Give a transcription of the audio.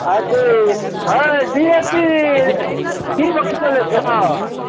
अथि अइ D A P की भा चलै छह